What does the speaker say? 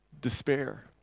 despair